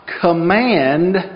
command